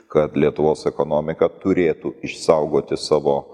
kad lietuvos ekonomika turėtų išsaugoti savo